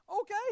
okay